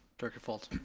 director faulds?